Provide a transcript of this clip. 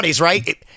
right